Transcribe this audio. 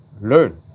learn